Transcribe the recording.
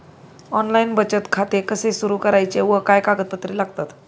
Online बचत खाते कसे सुरू करायचे व काय कागदपत्रे लागतात?